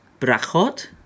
Brachot